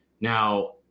Now